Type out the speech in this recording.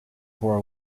for